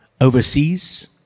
overseas